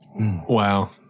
wow